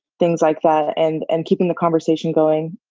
things like that, and and keeping the conversation going.